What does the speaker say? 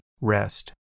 rest